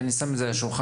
ואני שם את זה על השולחן,